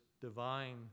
divine